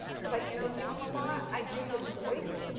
because i interview him a lot, i do his voice,